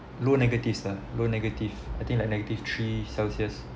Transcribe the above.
low negatives ah low negative I think like negative three celsius